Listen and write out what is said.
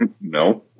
No